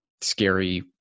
scary